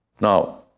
Now